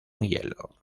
hielo